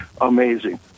amazing